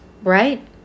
Right